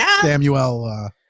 Samuel